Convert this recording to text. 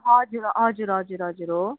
हजुर हो हजुर हजुर हजुर हजुर हो